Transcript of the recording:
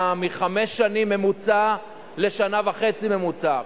מחמש שנים בממוצע לשנה וחצי בממוצע.